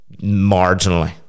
marginally